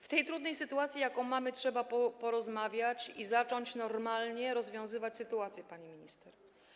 W tej trudnej sytuacji, jaką mamy, trzeba porozmawiać i zacząć normalnie rozwiązywać sytuację, pani minister.